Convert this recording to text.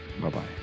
Bye-bye